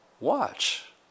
Watch